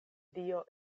dio